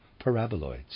paraboloids